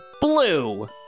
Blue